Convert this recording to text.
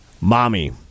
mommy